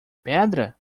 pedra